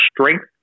strength